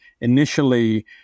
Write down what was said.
initially